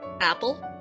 Apple